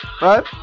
Right